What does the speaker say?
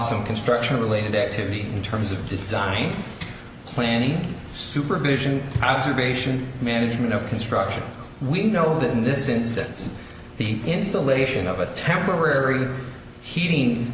some construction related activity in terms of design planning supervision i'm sure patient management of construction we know that in this instance the installation of a temporary heating